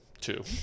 two